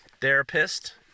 therapist